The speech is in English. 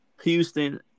Houston